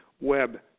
web